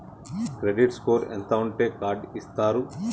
Credit score ఎంత ఉంటే card ఇస్తారు?